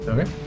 Okay